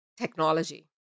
technology